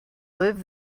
live